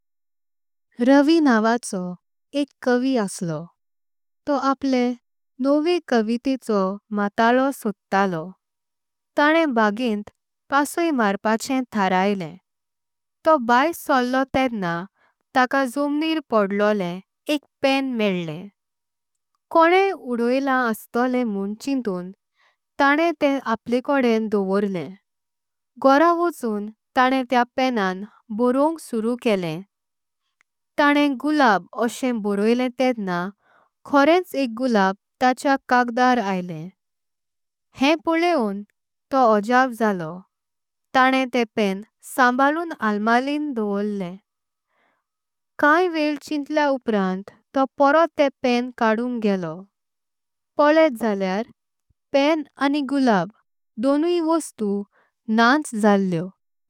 रवि नांवाचो एक कवी असलो तो आपले नवे कवितेचो। मतलो सोडतलो ताणें भगेंट पावसय मारपाचे ठराइलें। तो बाहेर सोडलो तेदना ताका झमणीं पडोलें एक पेन मल्ले। कोणें उदोईलें असतले म्हों चितूंताणें तें आपलेंकडेन दोवलें। घोरां वचून ताणें तेया पेनान बोरवंक सुरू केलें ताणें गुलाबों। वरे बोराइलें तेदना कोरोंच एक गुलाब ताचे कागदार आलें हे। पोल्लें तो ओजप झालो ताणें तें पेन संभाळूं अल्मारिन। दोवलें काय वेळ चिंतलें उपरांत तो परत पेन काडुंक गेलो। पोल्टे जाल्यार पेन आनी गुलाब दोनी वस्तु नाच जालेओ।